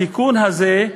התיקון הזה,